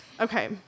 Okay